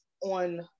on